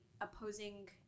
opposing